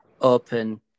open